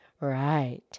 Right